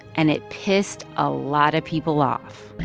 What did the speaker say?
and it pissed a lot of people off